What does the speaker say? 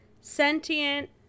sentient